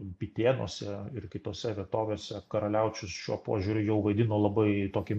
bitėnuose ir kitose vietovėse karaliaučius šiuo požiūriu jau vaidino labai tokį